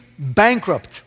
bankrupt